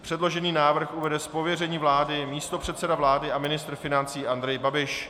Předložený návrh uvede z pověření vlády místopředseda vlády a ministr financí Andrej Babiš.